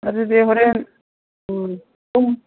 ꯑꯗꯨꯗꯤ ꯍꯣꯔꯦꯟ ꯎꯝ ꯄꯨꯡ